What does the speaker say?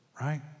right